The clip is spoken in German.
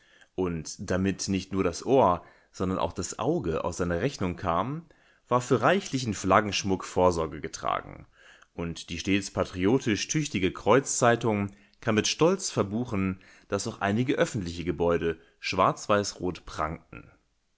und damit nicht nur das ohr sondern auch das auge auf seine rechnung kam war für reichlichen flaggenschmuck vorsorge getragen und die stets patriotisch-tüchtige kreuzzeitung kann mit stolz verbuchen daß auch einige öffentliche gebäude schwarzweißrot prangten